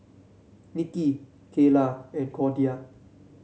Nikki Cayla and Cordia